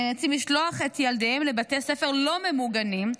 את ילדיהם לבתי ספר לא ממוגנים,